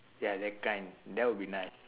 ya that kind that will be nice